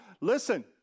Listen